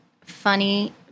funny